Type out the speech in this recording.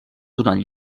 donant